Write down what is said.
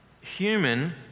human